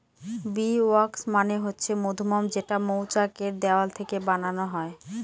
bee wax মানে হচ্ছে মধুমোম যেটা মৌচাক এর দেওয়াল থেকে বানানো হয়